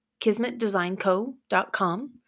kismetdesignco.com